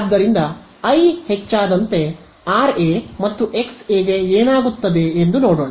ಆದ್ದರಿಂದ ಐ ಹೆಚ್ಚಾದಂತೆ R A ಮತ್ತು ಎಕ್ಸ್ ಎ ಗೆ ಏನಾಗುತ್ತದೆ ಎಂದು ನೋಡೋಣ